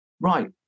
right